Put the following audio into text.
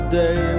day